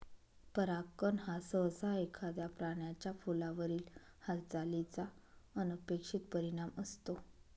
परागकण हा सहसा एखाद्या प्राण्याचा फुलावरील हालचालीचा अनपेक्षित परिणाम असतो